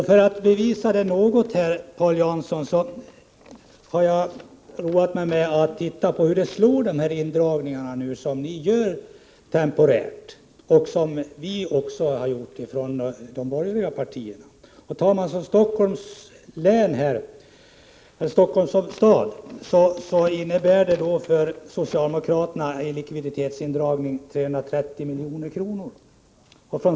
För att bevisa detta har jag roat mig med att se på hur de indragningar slår som socialdemokraterna vill göra temporärt och som vi också föreslagit från de borgerliga partierna. För Stockholms stad innebär socialdemokraternas förslag till likviditetsindragning 330 milj.kr.